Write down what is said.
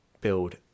build